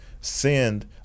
send